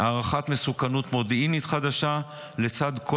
הערכת מסוכנות מודיעינית חדשה לצד כל